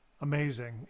Amazing